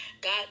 God